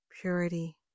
purity